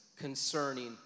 concerning